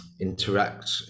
interact